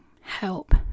help